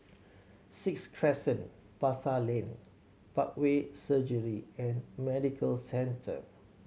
Sixth Crescent Pasar Lane Parkway Surgery and Medical Centre